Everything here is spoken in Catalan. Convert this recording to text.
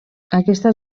aquesta